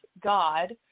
God